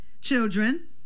children